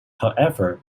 however